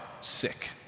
sick